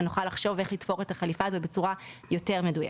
ונוכל לחשוב איך לתפור את החליפה הזו בצורה יותר מדויקת.